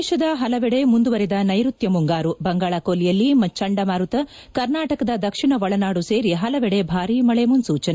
ದೇಶದ ಹಲವೆಡೆ ಮುಂದುವರಿದ ನೈಋತ್ಯ ಮುಂಗಾರು ಬಂಗಾಳಕೊಲ್ಲಿಯಲ್ಲಿ ಚಂಡಮಾರುತ ಕರ್ನಾಟಕದ ದಕ್ಷಿಣ ಒಳನಾದು ಸೇರಿ ಹಲವೆಡೆ ಭಾರಿ ಮಳೆ ಮುನ್ಪೂ ಚನೆ